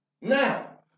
now